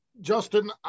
Justin